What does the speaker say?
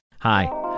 Hi